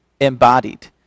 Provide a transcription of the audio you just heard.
embodied